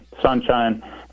Sunshine